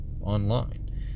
online